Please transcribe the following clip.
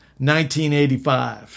1985